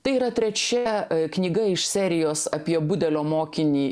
tai yra trečia knyga iš serijos apie budelio mokinį